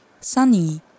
Sunny